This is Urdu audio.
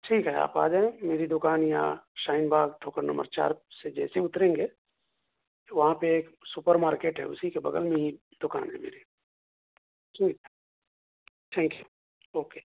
ٹھیک ہے آپ آ جائیں میری دوکان یہاں شاہین باغ ٹھوکر نمبر چار سے جیسے اتریں گے وہاں پہ ایک سپر مارکیٹ ہے اسی کے بغل میں ہی دوکان ہے میری ٹھیک ہے تھینک یو اوکے